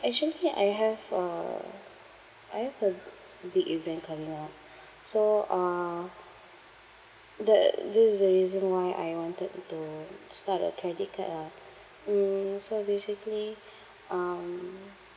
actually I have a I have a big event coming up so uh the this is the reason why I wanted to start a credit card ah mm so basically um